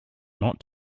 not